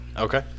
Okay